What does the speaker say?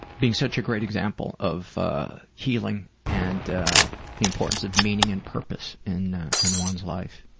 being such a great example of healing and the importance of meaning and purpose in and one's life.